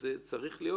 שזה צריך להיות,